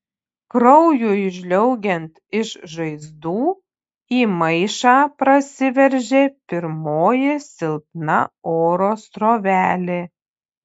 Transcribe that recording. kraujui žliaugiant iš žaizdų į maišą prasiveržė pirmoji silpna oro srovelė